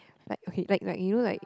like okay like like you know like